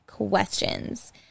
questions